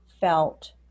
felt